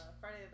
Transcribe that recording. Friday